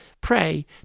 Pray